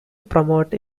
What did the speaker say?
promote